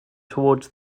toward